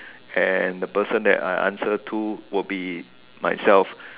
and the person that I answer to would be myself